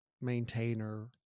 maintainer